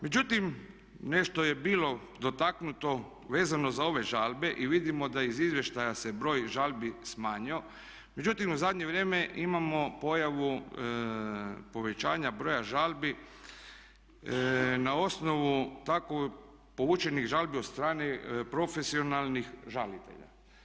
Međutim, nešto je bilo dotaknutno vezano za ove žalbe i vidimo da iz izvještaja se broj žalbi smanjio, međutim u zadnje vrijeme imamo pojavu povećanja broja žalbi na osnovu tako povučenih žalbi od strane profesionalnih žalitelja.